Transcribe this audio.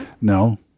No